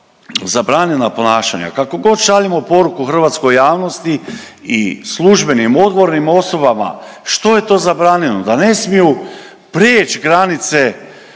zabranjena ponašanja, kakogod šaljemo poruku hrvatskoj javnosti i službenim odgovornim osobama što je to zabranjeno, da ne smiju prijeć granice